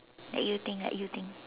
let you think let you think